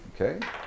okay